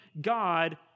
God